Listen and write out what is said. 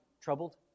troubled